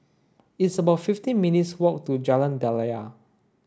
it's about fifteen minutes' walk to Jalan Daliah